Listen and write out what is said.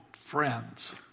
friends